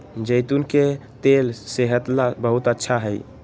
जैतून के तेल सेहत ला बहुत अच्छा हई